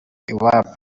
iwabo